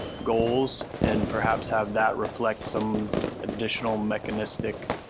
goals, and perhaps have that reflect some additional mechanistic